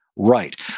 right